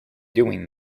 doing